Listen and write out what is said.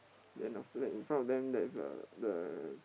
then after that in front of them there's a the